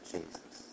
Jesus